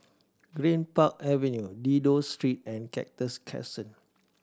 Greenpark Avenue Dido Street and Cactus Crescent